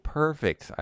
perfect